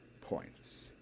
points